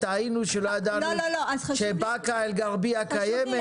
טעינו שלא ידענו שבאקה אל גרביה קיימת -- לא,